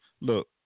Look